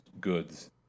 goods